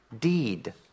deed